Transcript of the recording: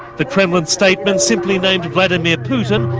the kremlin statement simply named vladimir putin,